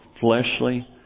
fleshly